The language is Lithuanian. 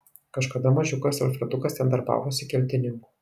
kažkada mažiukas alfredukas ten darbavosi keltininku